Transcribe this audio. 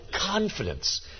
confidence